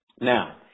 Now